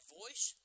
voice